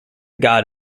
god